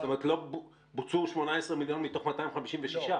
זאת אומרת בוצעו 18 מיליון מתוך 256. לא,